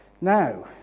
Now